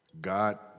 God